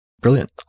Brilliant